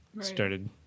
started